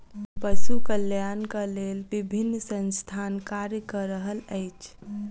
पशु कल्याणक लेल विभिन्न संस्थान कार्य क रहल अछि